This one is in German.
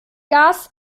gas